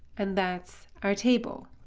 and that's our table.